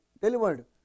delivered